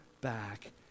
back